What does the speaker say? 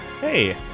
Hey